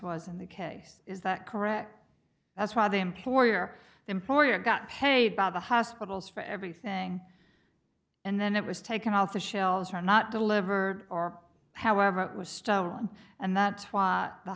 was in the case is that correct that's why the employer employee got paid by the hospitals for everything and then it was taken off the shelves were not delivered are however it was stone and that the